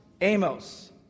Amos